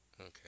Okay